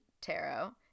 tarot